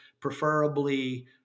preferably